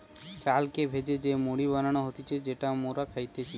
চালকে ভেজে যে মুড়ি বানানো হতিছে যেটা মোরা খাইতেছি